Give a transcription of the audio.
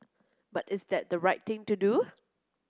but is that the right thing to do